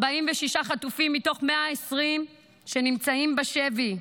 46 חטופים מתוך 120 שנמצאים בשבי.